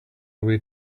away